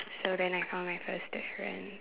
so then I found my first difference